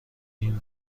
این